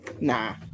Nah